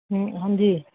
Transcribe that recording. हांजी